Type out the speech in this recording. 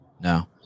No